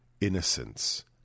innocence